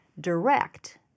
direct